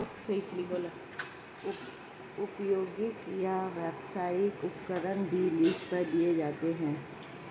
औद्योगिक या व्यावसायिक उपकरण भी लीज पर दिए जाते है